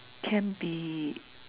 can be